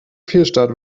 fehlstart